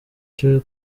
cyo